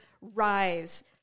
rise